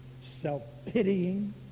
self-pitying